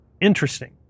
Interesting